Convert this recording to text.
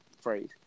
phrase